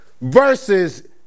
versus